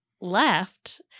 left